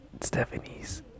Stephanie's